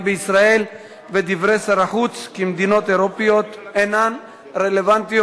בישראל ודברי שר החוץ כי מדינות אירופיות אינן רלוונטיות,